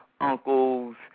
uncles